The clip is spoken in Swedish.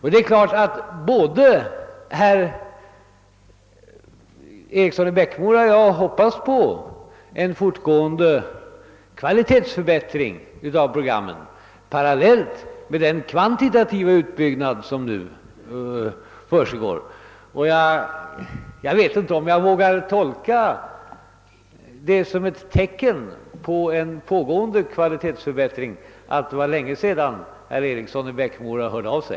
Både herr Eriksson i Bäckmora och jag hoppas naturligtvis på en fortgående förbättring av programkvaliteten parallellt med den kvantitativa utbyggnad som nu försiggår. Jag vet inte om jag vågar tolka det som ett tecken på en pågående kvalitetsförbättring att det var längesedan herr Eriksson i Bäckmora senast lät höra av sig.